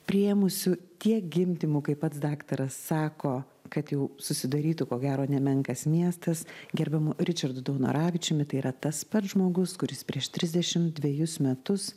priėmusiu tiek gimdymų kaip pats daktaras sako kad jau susidarytų ko gero nemenkas miestas gerbiamu ričardu daunoravičiumi tai yra tas pats žmogus kuris prieš trisdešim dvejus metus